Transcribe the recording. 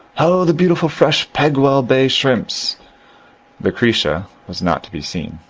ho, the beautiful fresh pegwell bay shrimpsw lucretia was not to be seen.